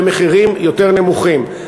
במחירים יותר נמוכים.